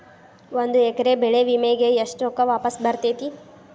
ಒಂದು ಎಕರೆ ಬೆಳೆ ವಿಮೆಗೆ ಎಷ್ಟ ರೊಕ್ಕ ವಾಪಸ್ ಬರತೇತಿ?